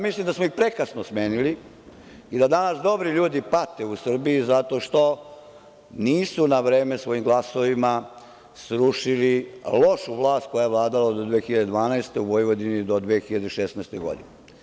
Mislim da smo ih prekasno smenili i da danas dobri ljudi pate u Srbiji zato što nisu na vreme svojim glasovima srušili lošu vlast koja je vladala od 2012. godine u Vojvodini do 2016. godine.